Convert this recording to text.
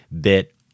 bit